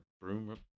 broom